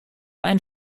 einen